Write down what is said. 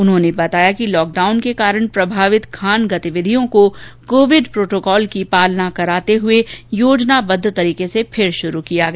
उन्होंने बताया कि लॉकडाउन के कारण प्रभवित खान गतिविधियों को कोविड प्रोटोकाल की पालना कराते हुए योजनाबद्द तरीके से फिर शुरू किया गया